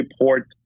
report